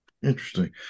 Interesting